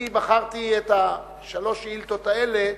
אני בחרתי את שלוש השאילתות האלה,